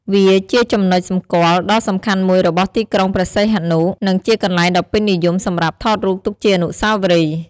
វាជាចំណុចសម្គាល់ដ៏សំខាន់មួយរបស់ទីក្រុងព្រះសីហនុ និងជាកន្លែងដ៏ពេញនិយមសម្រាប់ថតរូបទុកជាអនុស្សាវរីយ៍។